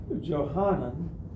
Johanan